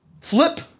flip